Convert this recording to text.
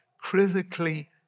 Critically